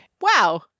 Wow